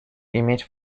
иметь